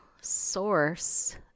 source